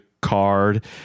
card